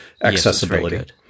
accessibility